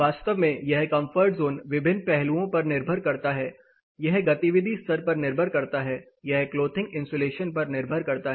वास्तव में यह कंफर्ट जोन विभिन्न पहलुओं पर निर्भर करता है यह गतिविधि स्तर पर निर्भर करता है यह क्लॉथिंग इन्सुलेशन पर निर्भर करता है